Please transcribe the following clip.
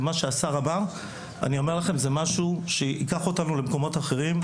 אני אומר לכם שזה משהו שייקח אותנו למקומות אחרים,